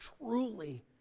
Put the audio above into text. truly